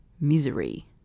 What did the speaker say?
misery